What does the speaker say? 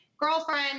girlfriend